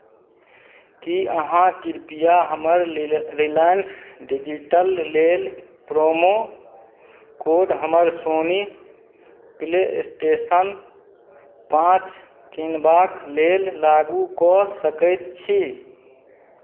की अहाँ कृपया हमर लिर रिलायंस डिजिटल लेल प्रोमो कोड हमर सोनी प्ले स्टेशन पाँच किनबाक लेल लागू कऽ सकैत छी